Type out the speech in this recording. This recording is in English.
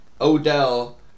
Odell